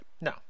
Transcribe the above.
No